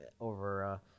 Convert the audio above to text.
over